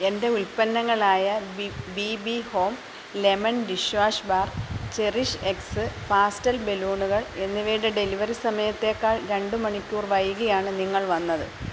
എന്റെ ഉത്പന്നങ്ങളായ B B B home lemon dish wash bar cherish X pastel ബലൂണുകൾ എന്നിവയുടെ ഡെലിവറി സമയത്തേക്കാൾ രണ്ടു മണിക്കൂർ വൈകിയാണ് നിങ്ങൾ വന്നത്